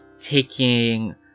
taking